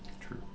True